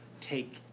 take